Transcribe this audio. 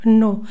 no